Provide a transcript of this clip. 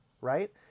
right